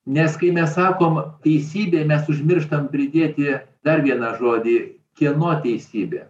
nes kai mes sakom teisybė mes užmirštam pridėti dar vieną žodį kieno teisybė